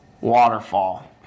waterfall